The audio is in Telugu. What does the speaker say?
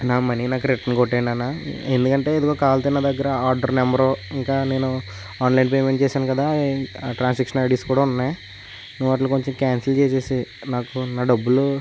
నా మనీ నాకు రిటర్న్ కొట్టేయండి అ ఎందుకంటే ఇదిగో కావాలంటే నా దగ్గర ఆర్డర్ నెంబరు ఇంకా నేను ఆన్లైన్ పేమెంట్ చేశాను కదా ఆ ట్రాన్సాక్షన్ ఐడిస్ కూడా ఉన్నాయి నువ్వు వాటిని కొంచెం క్యాన్సిల్ చేసేసి నాకు నా డబ్బులు